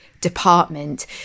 department